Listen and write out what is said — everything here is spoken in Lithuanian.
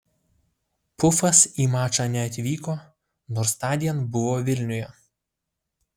pufas į mačą neatvyko nors tądien buvo vilniuje